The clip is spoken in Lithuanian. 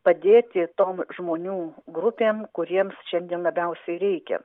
padėti tom žmonių grupėm kuriems šiandien labiausiai reikia